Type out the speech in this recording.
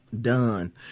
done